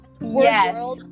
Yes